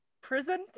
prison